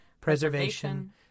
preservation